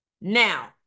Now